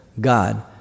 God